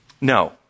No